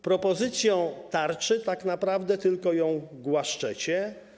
Propozycją tarczy tak naprawdę tylko ją głaszczecie.